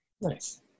Nice